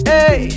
Hey